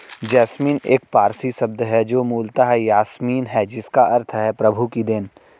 jasmine एक पारसी शब्द है जो मूलतः यासमीन है जिसका अर्थ है प्रभु की देन